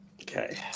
Okay